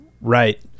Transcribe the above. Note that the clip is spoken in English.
Right